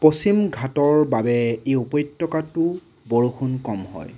পশ্চিম ঘাটৰ বাবে এই উপত্যকাটোত বৰষুণ কম হয়